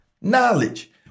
Knowledge